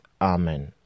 Amen